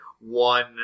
One